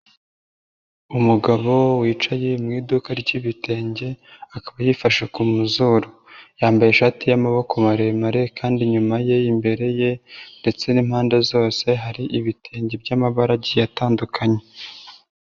Umugabo wicaye mu iduka ry'ibitenge, akaba yifashe ku mazuru. Yambaye ishati y'amaboko maremare kandi inyuma ye imbere ye ndetse n'impande zose hari ibitenge by'amabaragi atandukanye.